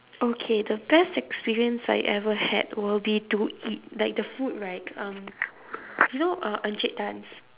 okay the best experience I ever had will be to eat like the food right um you know uh encik tan's